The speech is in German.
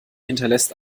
hinterlässt